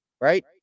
right